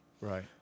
right